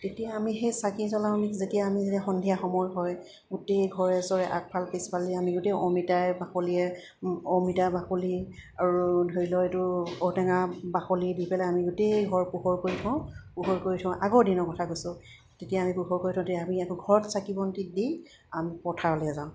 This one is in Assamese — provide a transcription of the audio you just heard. এতিয়া আমি সেই চাকি জ্বলাও যেতিয়া আমি যেতিয়া সন্ধিয়া সময় হয় গোটেই ঘৰে চৰে আগফাল পিছফালে আমি গোটেই অমিতা বাকলিয়ে অমিতা বাকলি আৰু ধৰি ল এইটো ঔটেঙা বাকলি দি পেলাই আমি গোটেই ঘৰ পোহৰ কৰি থওঁ পোহৰ কৰি থওঁ আগৰ দিনৰ কথা কৈছোঁ তেতিয়া আমি পোহৰ কৰি থওঁ তেতিয়া আমি একো ঘৰত চাকি বন্তি দি আমি পথাৰলৈ যাওঁ